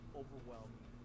overwhelming